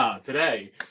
today